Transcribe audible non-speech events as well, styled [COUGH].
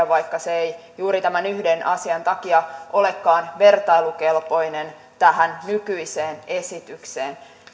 [UNINTELLIGIBLE] vaikka se ei juuri tämän yhden asian takia olekaan vertailukelpoinen tähän nykyiseen esitykseen